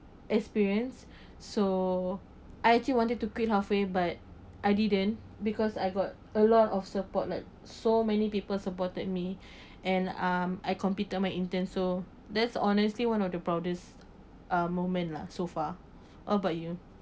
experience so I actually wanted to quit halfway but I didn't because I got a lot of support like so many people supported me and um I completed my intern so that's honestly one of the proudest uh moment lah so far what about you